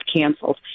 canceled